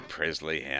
Presley